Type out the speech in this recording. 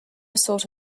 sort